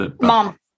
mom